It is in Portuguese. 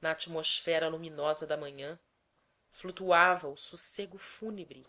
na atmosfera luminosa da manhã flutuava o sossego fúnebre